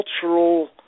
cultural